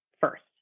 first